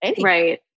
Right